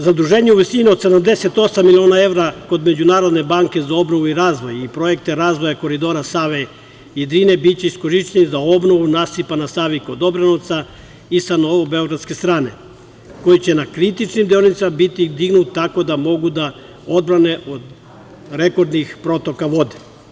Zaduženje u visini od 78 miliona evra kod Međunarodne banke za obnovu i razvoj i projekte razvoja koridora Save i Drine biće iskorišćeni za obnovu nasipa na Savi kod Dobrinovca i sa novobeogradske strane koji će na kritičnim deonicama biti dignut tako da mogu da odbrane od rekordnih protoka vode.